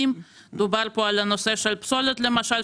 דובר פה על הנושא של פסולת למשל,